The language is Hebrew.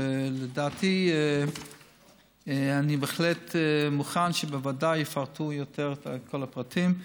ואני בהחלט מוכן שיפרטו יותר את כל הפרטים.